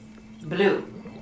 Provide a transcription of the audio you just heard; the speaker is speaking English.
Blue